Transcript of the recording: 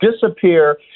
disappear